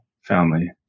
family